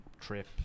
trip